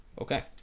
Okay